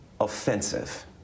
offensive